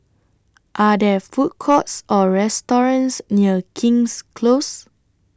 Are There Food Courts Or restaurants near King's Close